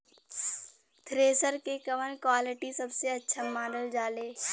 Thresher के कवन quality सबसे अच्छा मानल जाले?